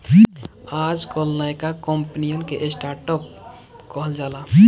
आजकल नयका कंपनिअन के स्टर्ट अप कहल जाला